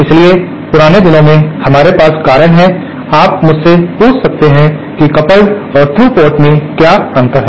इसलिए पुराने दिनों में हमारे पास कारण है आप मुझसे पूछ सकते हैं कि कपल्ड और थ्रू पोर्ट में क्या अंतर है